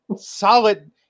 Solid